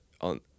on